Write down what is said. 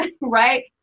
right